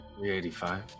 385